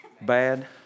bad